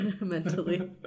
mentally